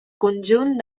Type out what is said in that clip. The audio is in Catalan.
conjunt